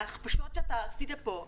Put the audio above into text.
וההכפשות שאתה עשית פה,